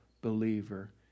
believer